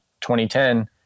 2010